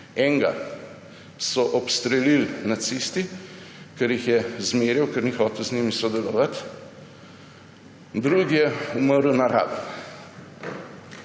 Enega so obstrelili nacisti, ker jih je zmerjal, ker ni hotel z njimi sodelovati, drugi je umrl na Rabu